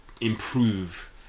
improve